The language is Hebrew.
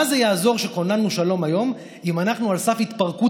מה זה יעזור שכוננו שלום היום אם אנחנו על סף התפרקות